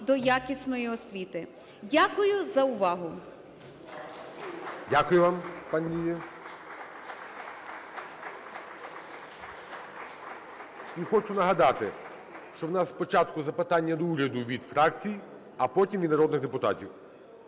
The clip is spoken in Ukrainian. до якісної освіти. Дякую за увагу.